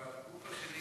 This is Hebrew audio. כבר הגוף השני